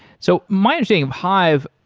so my understanding of hive,